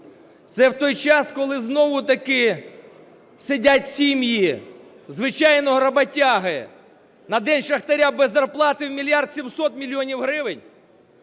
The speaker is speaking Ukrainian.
Це в той час, коли знову-таки сидять сім'ї звичайного роботяги на День шахтаря без зарплати у 1 мільярд 700 мільйонів гривень?!